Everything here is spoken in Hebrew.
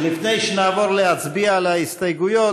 לפני שנעבור להצביע על ההסתייגויות,